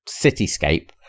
cityscape